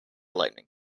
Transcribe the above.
lightning